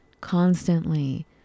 constantly